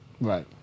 Right